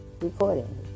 Recording